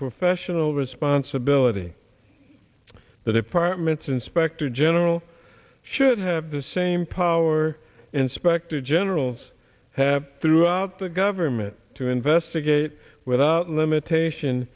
professional responsibility the department's inspector general should have the same power inspector generals have throughout the government to investigate without limitation